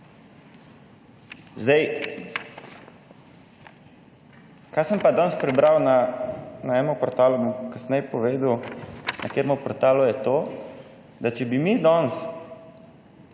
Zdaj, kaj sem pa danes prebral na enem portalu, bom kasneje povedal na katerem portalu je to, da če bi mi danes